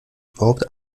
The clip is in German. überhaupt